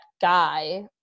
guy